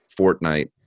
Fortnite